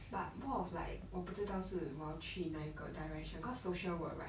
but more of like 我不知道是我要去哪一个 direction cause social work right